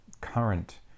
current